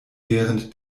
während